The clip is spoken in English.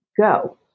go